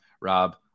rob